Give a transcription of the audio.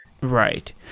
Right